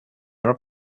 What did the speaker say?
their